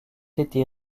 été